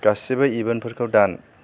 गासिबो इभेन्टफोरखौ दान